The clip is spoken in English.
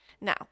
Now